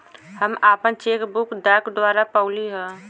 हम आपन cheque book डाक द्वारा पउली है